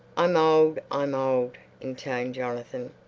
i'm old i'm old, intoned jonathan.